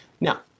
Now